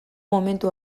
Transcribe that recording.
momentu